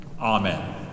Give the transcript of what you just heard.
Amen